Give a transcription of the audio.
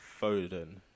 Foden